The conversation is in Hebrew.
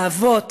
האבות,